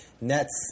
Nets